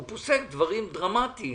הוא פוסק דברים דרמטיים